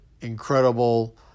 incredible